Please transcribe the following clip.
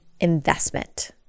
investment